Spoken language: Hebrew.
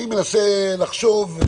אני מנסה לחשוב,